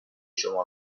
شما